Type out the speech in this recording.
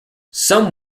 some